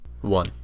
one